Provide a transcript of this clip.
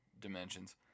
dimensions